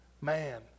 Man